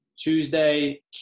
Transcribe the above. Tuesday